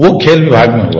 वो खेल विभाग में हुआ